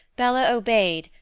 bella obeyed,